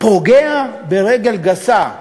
פוגע ברגל גסה בתחרותיות.